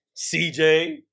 CJ